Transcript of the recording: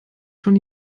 schon